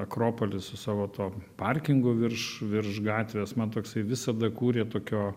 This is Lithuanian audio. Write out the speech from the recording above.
akropolis su savo tuo parkingu virš virš gatvės man toksai visada kūrė tokio